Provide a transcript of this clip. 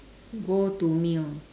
go to meal